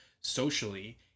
socially